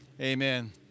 Amen